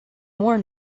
more